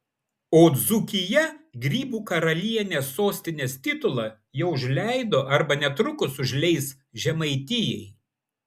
o dzūkija grybų karalienės sostinės titulą jau užleido arba netrukus užleis žemaitijai